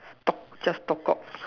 talk just talk cock